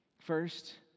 First